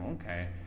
okay